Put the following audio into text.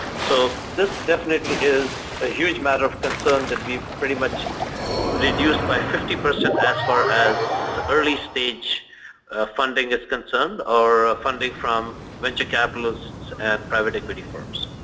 so this definitely is a huge matter of concern that we pretty much reduce by fifty percent as far as early stage funding is concerned, or ah funding from venture capitalists and private equity firms.